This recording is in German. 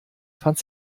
fand